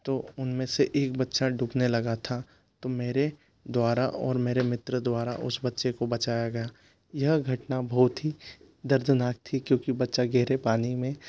तो उन में से एक बच्चा डूबने लगा था तो मेरे द्वारा और मेरे मित्र द्वारा उस बच्चे को बचाया गया यह घटना बहुत ही दर्दनाक थी क्योंकि बच्चा गहरे पानी में